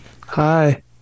Hi